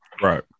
Right